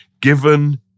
given